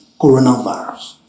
coronavirus